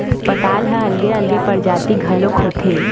पताल ह अलगे अलगे परजाति घलोक होथे